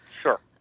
sure